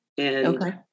Okay